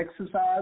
exercise